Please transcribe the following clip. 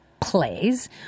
plays